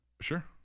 Sure